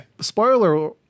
spoiler